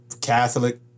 Catholic